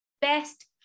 best